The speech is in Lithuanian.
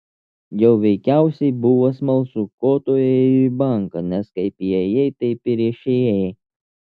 jai veikiausiai buvo smalsu ko tu ėjai į banką nes kaip įėjai taip ir išėjai